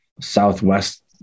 Southwest